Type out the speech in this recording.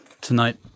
tonight